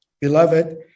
Beloved